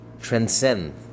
transcend